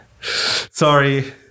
Sorry